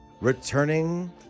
Returning